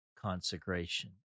Consecration